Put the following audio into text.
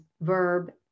verb